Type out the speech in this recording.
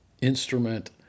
instrument